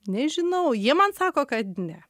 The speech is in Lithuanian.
nežinau jie man sako kad ne